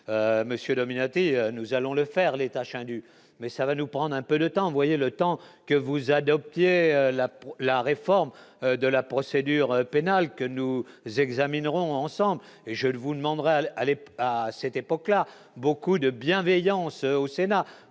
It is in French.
monsieur Dominati, nous allons le faire les tâches indues, mais ça va nous prendre un peu de temps, voyez le temps que vous adoptez la peau, la réforme de la procédure pénale, que nous examinerons ensemble et je ne vous demandera à l'aller à cette époque-là, beaucoup de bienveillance au Sénat